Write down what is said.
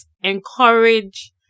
encourage